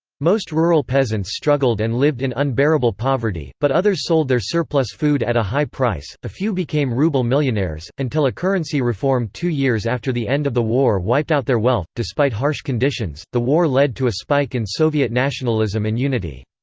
most rural peasants struggled and lived in unbearable poverty, but others sold their surplus food at a high price a few became rouble millionaires, until a currency reform two years after the end of the war wiped out their wealth despite harsh conditions, the war led to a spike in soviet nationalism and unity.